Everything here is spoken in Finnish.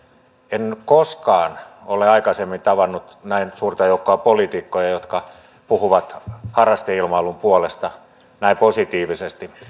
en koskaan ole aikaisemmin tavannut näin suurta joukkoa poliitikkoja jotka puhuvat harrasteilmailun puolesta näin positiivisesti